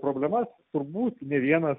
problemas turbūt ne vienas